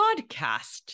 podcast